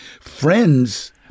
friends